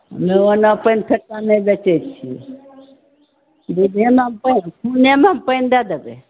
ने ओ नहि पानि फेट्टा नहि बेचै छी दूधेमे पानि दूधेमे पानि दे दबै